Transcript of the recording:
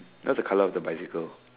what's the colour of the bicycle